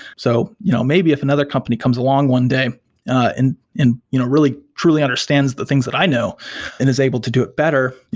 so you know maybe if another company comes along one day and you know really truly understands the things that i know and is able to do it better,